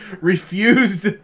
refused